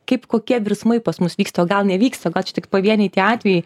kaip kokie virsmai pas mus vyksta o gal nevyksta gal čia tik pavieniai tie atvejai